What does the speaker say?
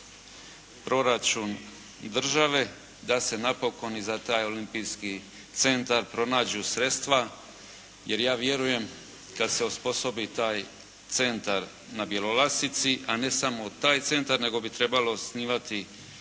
proračun države da se napokon i za taj Olimpijski centar pronađu sredstva. Jer ja vjerujem da kada se osposobi taj centar na Bjelolasici, a ne samo taj centar, nego bi trebalo osnivati